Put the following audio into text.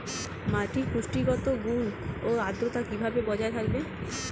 মাটির পুষ্টিগত গুণ ও আদ্রতা কিভাবে বজায় থাকবে?